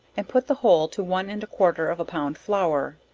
and put the whole to one and a quarter of a pound flour,